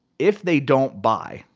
if they don't buy,